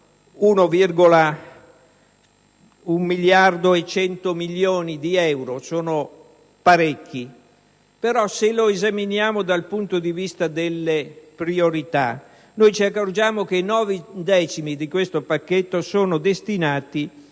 un miliardo e 100 milioni di euro; si tratta di notevoli risorse, però, se lo esaminiamo dal punto di vista delle priorità, ci accorgiamo che i nove decimi di questo pacchetto sono destinati